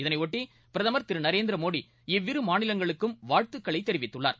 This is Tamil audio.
இதனையொட்டி பிரதமர் திரு நரேந்திர மோதி இவ்விரு மாநிலங்களுக்கும் வாழ்த்துக்களை தெரிவித்துள்ளார்